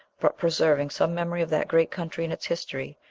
but preserving some memory of that great country and its history,